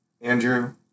Andrew